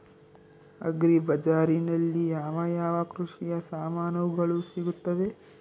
Agri ಬಜಾರಿನಲ್ಲಿ ಯಾವ ಯಾವ ಕೃಷಿಯ ಸಾಮಾನುಗಳು ಸಿಗುತ್ತವೆ?